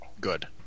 Good